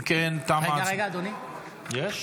(קורא בשם חבר הכנסת) דן אילוז,